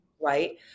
right